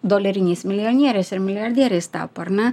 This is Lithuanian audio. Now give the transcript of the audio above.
doleriniais milijonieriais ir milijardieriais tapo ar ne